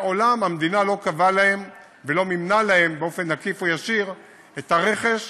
מעולם המדינה לא קבעה להן ולא מימנה להן באופן עקיף או ישיר את הרכש,